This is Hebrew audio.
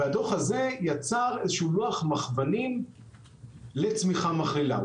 הדוח הזה יצר איזשהו לוח מחוונים לצמיחה מכלילה.